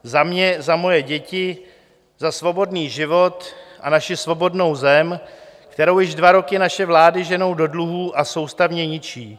Za mě, za moje děti, za svobodný život a naši svobodnou zem, kterou již dva roky naše vlády ženou do dluhů a soustavně ničí.